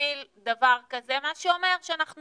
בשביל דבר כזה, מה שאומר שאנחנו